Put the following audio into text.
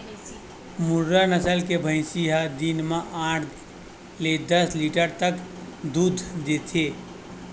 मुर्रा नसल के भइसी ह दिन म आठ ले दस लीटर तक दूद देथे